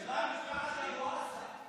כשבאה משפחת אבו עסא,